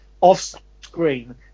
off-screen